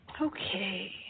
Okay